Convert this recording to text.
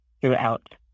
throughout